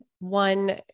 One